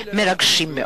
ומרגשים מאוד.